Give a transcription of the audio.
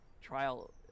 trial